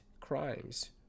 crimes